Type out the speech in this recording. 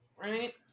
right